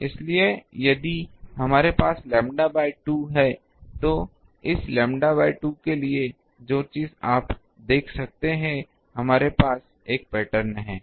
इसलिए यदि हमारे पास लैम्ब्डा बाय 2 है तो इस लैम्ब्डा बाय 2 के लिए जो चीजें आप देखते हैं कि हमारे पास एक पैटर्न है